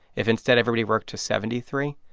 if instead everybody worked to seventy three,